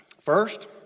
First